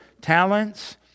talents